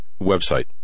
website